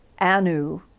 Anu